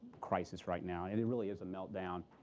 crisis right now. and it really is a meltdown,